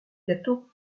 gâteau